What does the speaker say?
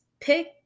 pick